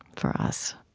for us